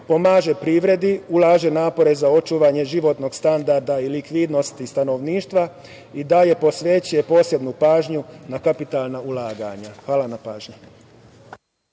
pomaže privredi, ulaže napore za očuvanje životnog standarda i likvidnost stanovništva i posebnu pažnju posvećuje na kapitalna ulaganja. Hvala na pažnji.